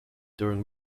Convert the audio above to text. during